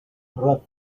ruth